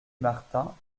martin